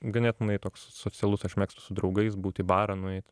ganėtinai toks socialus aš mėgstu su draugais būt į barą nueit